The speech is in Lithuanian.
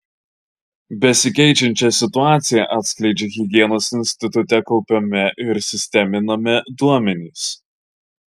besikeičiančią situaciją atskleidžia higienos institute kaupiami ir sisteminami duomenys